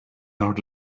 not